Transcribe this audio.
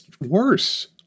worse